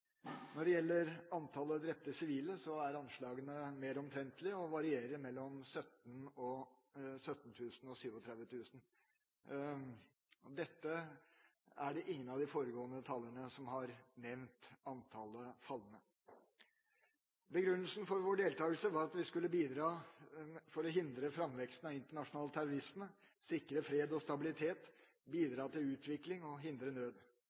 varierer mellom 17 000 og 37 000. Det er ingen av de foregående talerne som har nevnt antall falne. Begrunnelsen for vår deltakelse var at vi skulle bidra for å hindre framveksten av internasjonal terrorisme, sikre fred og stabilitet, bidra til utvikling og hindre nød.